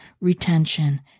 retention